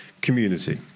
community